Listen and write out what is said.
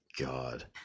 God